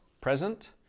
present